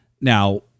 Now